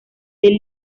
del